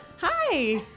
Hi